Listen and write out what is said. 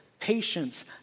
Patience